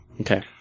Okay